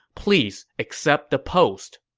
please, accept the post.